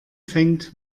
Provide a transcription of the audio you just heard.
fängt